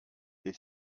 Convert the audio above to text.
est